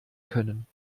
können